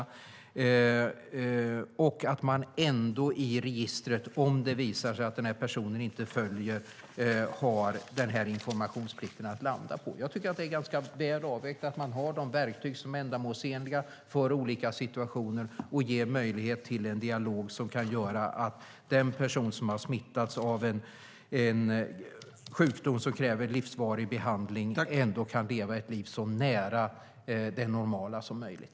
Men om det visar sig att personen inte följer instruktioner har man informationsplikten att hänvisa till. Jag tycker att det är verktyg som är ändamålsenliga för olika situationer och ger möjlighet till en dialog som kan göra att den person som har smittats av en sjukdom som kräver livsvarig behandling ändå kan leva ett liv som är så nära det normala som möjligt.